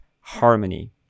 harmony